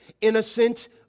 innocent